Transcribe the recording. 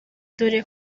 dore